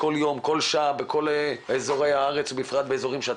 עכשיו כל ערב אעמיד עוד שני אוטובוסים באותה שעה.